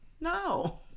No